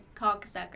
cocksucker